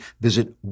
Visit